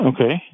Okay